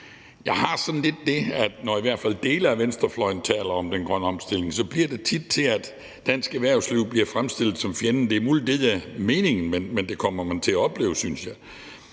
Jeg har det lidt sådan, at når i hvert fald dele af venstrefløjen taler om den grønne omstilling, bliver det tit til, at dansk erhvervsliv bliver fremstillet som fjenden. Det er muligt, at det ikke er meningen, men sådan synes jeg